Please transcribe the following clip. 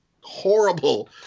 horrible